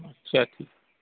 اچھا ٹھیک